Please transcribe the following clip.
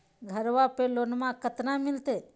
घरबा पे लोनमा कतना मिलते?